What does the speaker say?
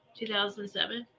2007